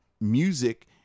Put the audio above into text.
music